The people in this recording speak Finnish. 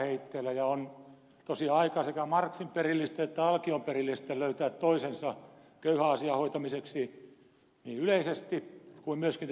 on tosiaan aika sekä marxin perillisten että alkion perillisten löytää toisensa köyhän asian hoitamiseksi niin yleisesti kuin myöskin tässä ilmastoasiassa